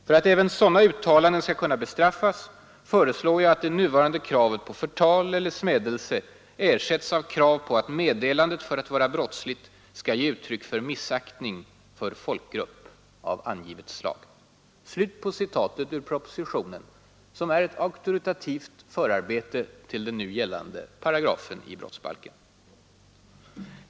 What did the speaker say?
För att även sådana uttalanden skall kunna bestraffas föreslår jag att det nuvarande kravet på förtal eller smädelse ersätts av krav på att meddelandet för att vara brottsligt skall ge uttryck för missaktning för folkgrupp av angivet slag.” Denna proposition är alltså ett auktoritativt förarbete till den nu gällande paragrafen i brottsbalken.